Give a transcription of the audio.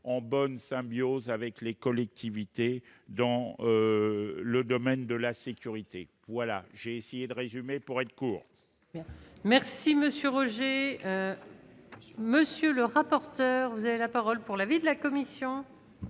en bonne symbiose avec les collectivités dans le domaine de la sécurité, voilà, j'ai essayé de résumer, pour être court. Merci monsieur Roger, monsieur le rapporteur, vous avez la parole pour l'avis de la commission.